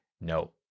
No